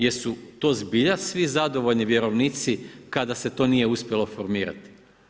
Jesu to zbilja svi zadovoljni vjerovnici kada se to nije uspjelo formirati?